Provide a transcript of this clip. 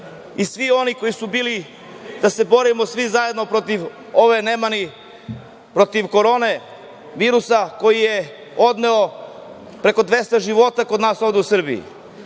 i svi oni koji su bili borili svi zajedno protiv ove nemani, protiv koronavirusa koji je odneo preko 200 života u Srbiji.